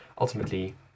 ultimately